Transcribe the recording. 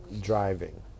driving